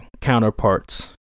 counterparts